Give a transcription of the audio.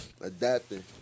adapting